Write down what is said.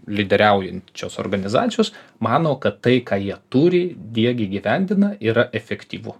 lyderiaujančios organizacijos mano kad tai ką jie turi diegia įgyvendina yra efektyvu